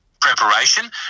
preparation